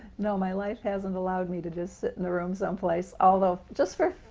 no, my life hasn't allowed me to just sit in a room someplace, although just for